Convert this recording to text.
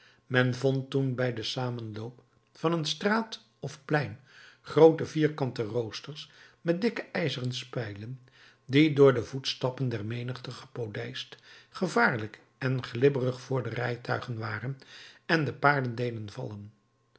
men vond toen bij den samenloop van een straat of plein groote vierkante roosters met dikke ijzeren spijlen die door de voetstappen der menigte gepolijst gevaarlijk en glibberig voor de rijtuigen waren en de paarden deden vallen